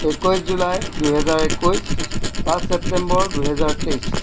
একৈছ জুলাই দুহেজাৰ একৈছ পাঁচ ছেপ্টেম্বৰ দুহেজাৰ তেইছ